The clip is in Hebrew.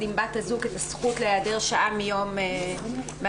עם בת הזוג את הזכות להיעדר שעה ביום מהעבודה,